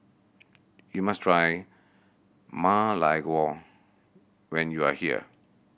you must try Ma Lai Gao when you are here